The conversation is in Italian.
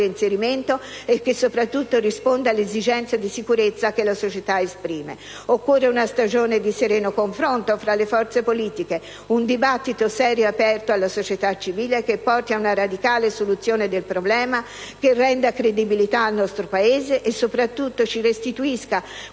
reinserimento e che soprattutto risponda all'esigenza di sicurezza che la società esprime. Occorre una stagione di sereno confronto tra le forze politiche, un dibattito serio e aperto nella società civile, che porti a una radicale soluzione del problema, che renda credibilità al nostro Paese e soprattutto ci restituisca